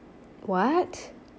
what